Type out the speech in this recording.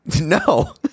No